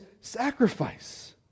sacrifice